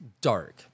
dark